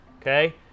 Okay